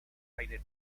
eine